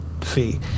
fee